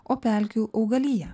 o pelkių augaliją